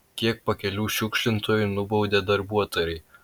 kiek pakelių šiukšlintojų nubaudė darbuotojai